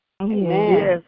Amen